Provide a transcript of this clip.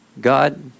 God